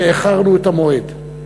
שאיחרנו את המועד.